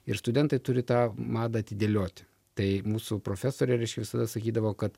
ir studentai turi tą madą atidėlioti tai mūsų profesorė reiškia visada sakydavo kad